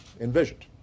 envisioned